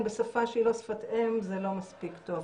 בשפה שהיא לא שפת אם זה לא מספיק טוב.